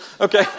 Okay